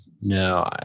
no